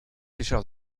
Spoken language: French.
fischer